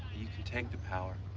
you can take the power,